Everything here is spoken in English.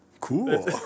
Cool